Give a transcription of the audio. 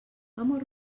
amor